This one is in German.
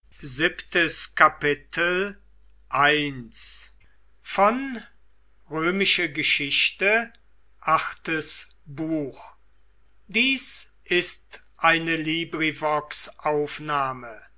sind ist eine